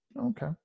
Okay